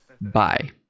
Bye